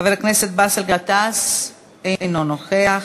חבר הכנסת באסל גטאס, אינו נוכח,